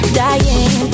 dying